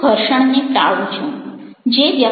હું ઘર્ષણને ટાળું છું